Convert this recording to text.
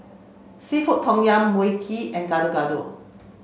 Seafood Tom Yum Mui Kee and Gado Gado